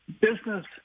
business